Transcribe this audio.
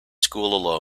school